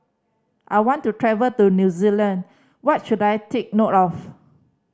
I want to travel to New Zealand What should I take note of